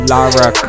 Lara